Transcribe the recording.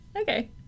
Okay